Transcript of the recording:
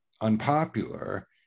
unpopular